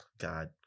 God